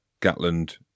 Gatland